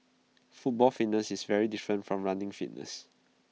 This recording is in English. football fitness is very different from running fitness